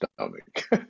stomach